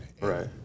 right